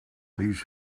please